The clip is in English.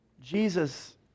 Jesus